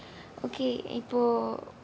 okay இப்போ:ippo